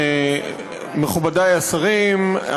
מכובדיי השרים,